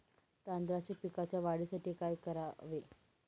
तांदळाच्या पिकाच्या वाढीसाठी काय करावे?